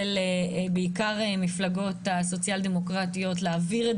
של בעיקר מפלגות הסוציאל דמוקרטיות להעביר את